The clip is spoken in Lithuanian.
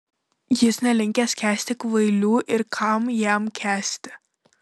jis nelinkęs kęsti kvailių ir kam jam kęsti